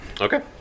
Okay